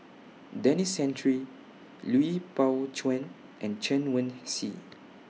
Denis Santry Lui Pao Chuen and Chen Wen Hsi